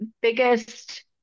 biggest